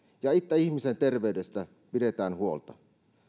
ja että ihmisen terveydestä pidetään huolta